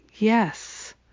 Yes